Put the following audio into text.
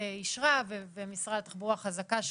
אישרה וחזקה על כך שמשרד התחבורה מכיר.